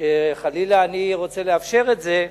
שחלילה אני רוצה לאפשר את זה.